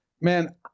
Man